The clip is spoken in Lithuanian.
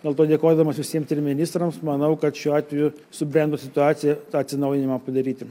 dėl to dėkodamas visiems trim ir ministrams manau kad šiuo atveju subrendo situacija tą atsinaujinimą padaryti